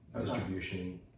distribution